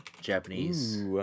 Japanese